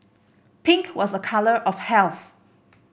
pink was a colour of health